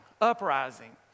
uprising